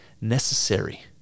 necessary